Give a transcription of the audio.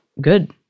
good